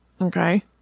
Okay